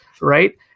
Right